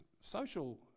social